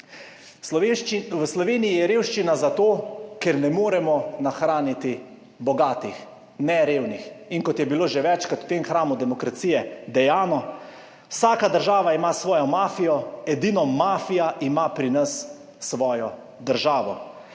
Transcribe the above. V Sloveniji je revščina zato, ker ne moremo nahraniti bogatih, ne revnih in kot je bilo že večkrat v tem hramu demokracije dejano, vsaka država ima svojo mafijo, edino mafija ima pri nas svojo državo.